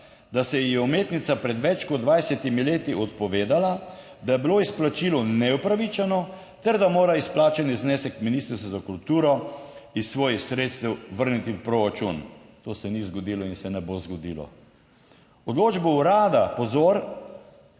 Da se ji je umetnica pred več kot 20 leti odpovedala, da je bilo izplačilo neupravičeno ter da mora izplačani znesek Ministrstva za kulturo iz svojih sredstev vrniti v proračun. To se ni zgodilo in se ne bo zgodilo. Odločbo urada, pozor,